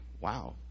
wow